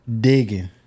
Digging